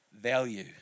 value